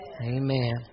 Amen